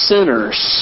Sinners